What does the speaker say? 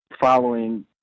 following